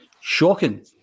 shocking